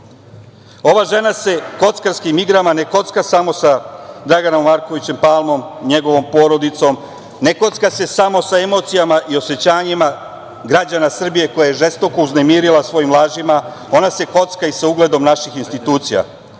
žena se kockarskim igrama ne kocka samo sa Draganom Markovićem Palmom, njegovom porodicom, ne kocka se samo sa emocijama i osećanjima građana Srbije koje je žestoko uznemirila svojim lažima, ona se kocka i sa ugledom naših institucija.